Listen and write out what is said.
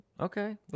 Okay